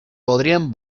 podrían